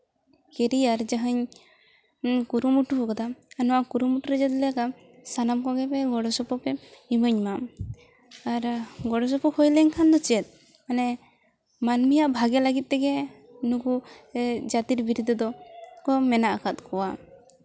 career ᱡᱟᱦᱟᱸᱧ ᱠᱩᱨᱩᱢᱩᱴᱩ ᱠᱟᱫᱟ ᱱᱚᱣᱟ ᱠᱩᱨᱩᱢᱩᱴᱩᱨᱮ ᱡᱩᱫᱤ ᱞᱮᱠᱟ ᱥᱟᱱᱟᱢ ᱠᱚᱜᱮᱞᱮ ᱜᱚᱲᱚ ᱥᱚᱯᱚᱦᱚᱫ ᱞᱮ ᱟᱨ ᱜᱚᱲᱚᱥᱚᱯᱚᱦᱫ ᱦᱩᱭ ᱞᱮᱱᱠᱷᱟᱱ ᱫᱚ ᱪᱮᱫ ᱢᱟᱱᱮ ᱢᱟᱹᱱᱢᱤᱭᱟᱜ ᱵᱷᱟᱜᱮ ᱞᱟᱹᱜᱤᱫ ᱛᱮᱜᱮ ᱱᱩᱠᱩ ᱡᱟᱹᱛᱤᱨ ᱵᱤᱨᱫᱟᱹ ᱫᱚ ᱠᱚ ᱢᱮᱱᱟᱜ ᱟᱠᱟᱫ ᱠᱚᱣᱟ